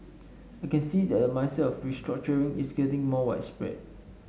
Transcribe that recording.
I can see that the mindset of restructuring is getting more widespread